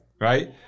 right